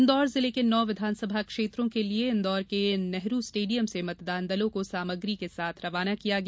इंदौर जिले के नौ विधानसभा क्षेत्रों के लिए इंदौर के नेहरू स्टेडियम से मतदान दलों को सामग्री के साथ रवाना किया गया